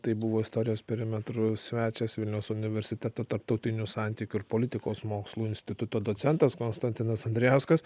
tai buvo istorijos perimetrų svečias vilniaus universiteto tarptautinių santykių ir politikos mokslų instituto docentas konstantinas andrijauskas